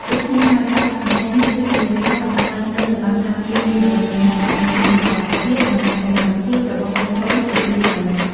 ដូច្នេះហើយ ការដាក់កន្ត្រៃនេះគឺជាការបង្កើតនូវរបាំងការពារមួយដ៏រឹងមាំ ដើម្បីធានាសុវត្ថិភាព និងសុខុមាលភាពរបស់កូនៗជាទីស្រឡាញ់។